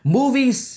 Movies